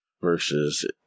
versus